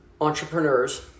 entrepreneurs